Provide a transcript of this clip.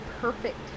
Perfect